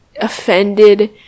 offended